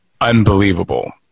unbelievable